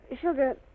Sugar